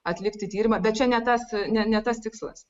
atlikti tyrimą bet čia ne tas ne tas tikslas